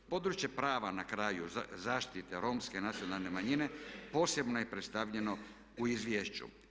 Područje prava na kraju zaštite romske nacionalne manjine posebno je predstavljeno u izvješću.